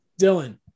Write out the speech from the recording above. Dylan